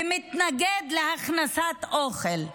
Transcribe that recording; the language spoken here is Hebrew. ומתנגד להכנסת אוכל.